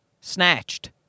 snatched